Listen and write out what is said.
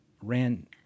ran